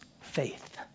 faith